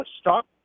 Stock